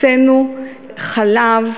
הקצינו חלב,